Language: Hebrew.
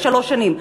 לשלוש שנים.